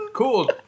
Cool